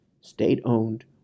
state-owned